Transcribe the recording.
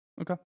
Okay